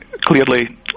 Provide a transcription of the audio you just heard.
clearly